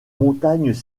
montagnes